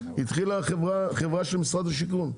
התחילה החברה של משרד השיכון.